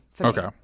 Okay